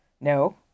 No